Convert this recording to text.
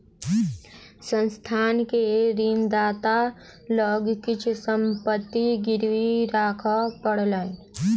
संस्थान के ऋणदाता लग किछ संपत्ति गिरवी राखअ पड़लैन